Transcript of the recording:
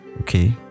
okay